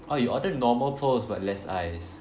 oh you order normal pearls but less ice